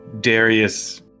Darius